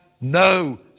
no